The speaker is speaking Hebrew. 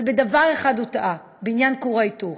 אבל בדבר אחד הוא טעה: בעניין כור ההיתוך,